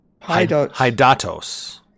Hydatos